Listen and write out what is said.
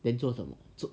then 做什么做